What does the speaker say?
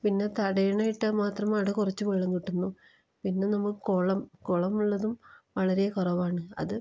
പിന്ന തടയിണ ഇട്ടാൽ മാത്രമാണ് കുറച്ച് വെള്ളം കിട്ടുന്നു പിന്നെ നമുക്ക് കുളം കുളം ഉള്ളതും വളരെ കുറവാണ് അത്